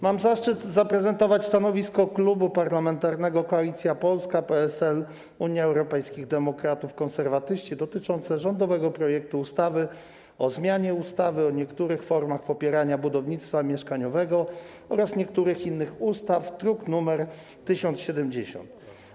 Mam zaszczyt zaprezentować stanowisko Klubu Parlamentarnego Koalicja Polska - PSL, Unia Europejskich Demokratów, Konserwatyści dotyczące rządowego projektu ustawy o zmianie ustawy o niektórych formach popierania budownictwa mieszkaniowego oraz niektórych innych ustaw, druk nr 1070.